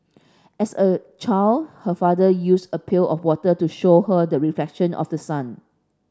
as a child her father used a pail of water to show her the reflection of the sun